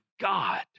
God